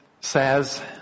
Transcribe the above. says